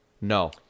No